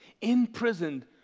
Imprisoned